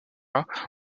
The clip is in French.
dans